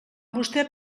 vostè